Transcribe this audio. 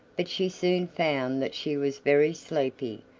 but she soon found that she was very sleepy,